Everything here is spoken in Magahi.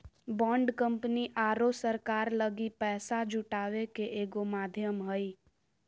बॉन्ड कंपनी आरो सरकार लगी पैसा जुटावे के एगो माध्यम हइ